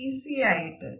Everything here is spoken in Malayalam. ഈസിയായിട്ട്